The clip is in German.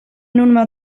nunmehr